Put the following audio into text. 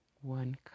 one